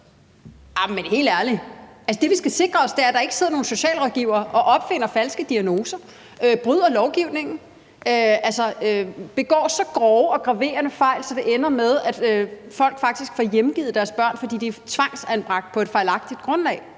helt ærlig. Altså, det, vi skal sikre os, er, at der ikke sidder nogen socialrådgivere og opfinder falske diagnoser, bryder lovgivningen og begår så grove og graverende fejl, at det ender med, at folk faktisk får hjemgivet deres børn, fordi børnene er tvangsanbragt på et fejlagtigt grundlag.